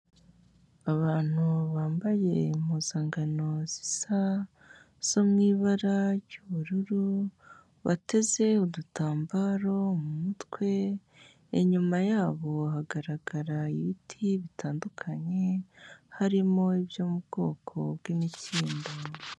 Abantu bambaye impuzankano zisa, zo mu ibara ry'ubururu, bateze udutambaro mu mutwe, inyuma yabo hagaragara ibiti bitandukanye harimo ibyo mu bwoko bwi'imikindo.